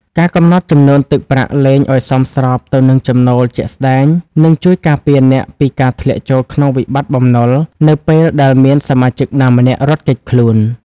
ការកំណត់ចំនួនទឹកប្រាក់លេងឱ្យសមស្របទៅនឹងចំណូលជាក់ស្ដែង នឹងជួយការពារអ្នកពីការធ្លាក់ចូលក្នុងវិបត្តិបំណុល នៅពេលដែលមានសមាជិកណាម្នាក់រត់គេចខ្លួន។